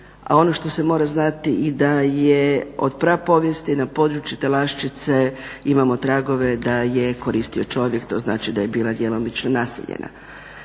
A ono što se mora znati i da je od prapovijesti na području Telaščice imamo tragove da je koristio čovjek. To znači da je bila djelomično naseljena.